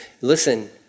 listen